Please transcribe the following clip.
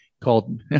called